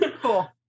Cool